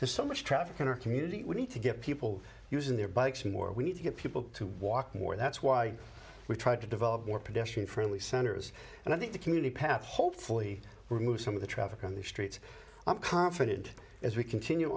there's so much traffic in our community we need to get people using their bikes more we need to get people to walk more that's why we try to develop more pedestrian friendly centers and i think the community path hopefully remove some of the traffic on the streets i'm confident as we continue